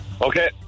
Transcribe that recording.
Okay